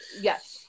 Yes